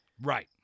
Right